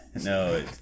No